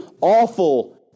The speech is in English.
awful